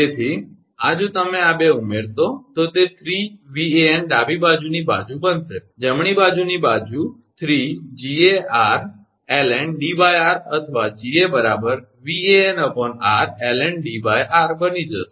તેથી આ જો તમે આ 2 ઉમેરશો તો તે 3𝑉𝑎𝑛 ડાબી બાજુની બાજુ બનશે જમણી બાજુની બાજુ 3𝐺𝑎𝑟ln𝐷𝑟 અથવા 𝐺𝑎 𝑉𝑎𝑛𝑟ln𝐷𝑟 બની જશે